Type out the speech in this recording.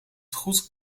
goed